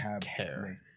care